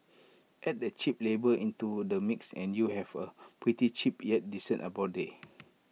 add the cheap labour into the mix and you have A pretty cheap yet decent abode